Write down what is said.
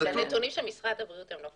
בנתונים של משרד הבריאות זה לא.